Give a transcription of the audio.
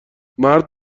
مرد